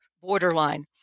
borderline